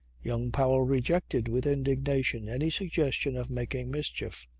young powell rejected with indignation any suggestion of making mischief.